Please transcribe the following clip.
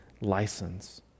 license